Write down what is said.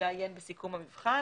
לעיין בסיכום המבחן,